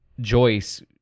joyce